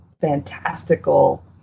fantastical